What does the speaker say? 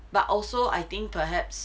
but also I think perhaps